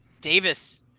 Davis